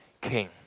king